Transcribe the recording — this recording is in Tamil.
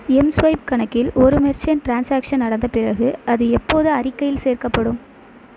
எம்ஸ்வைப் கணக்கில் ஒரு மெர்ச்சன்ட் ட்ரான்சாக்ஷன் நடந்த பிறகு அது எப்போது அறிக்கையில் சேர்க்கப்படும்